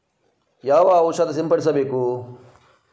ಯಾವ ಔಷಧ ಸಿಂಪಡಿಸಬೇಕು?